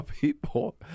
people